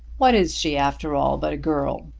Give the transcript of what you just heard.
what is she after all but a girl?